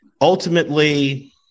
Ultimately